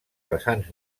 vessants